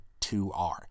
2R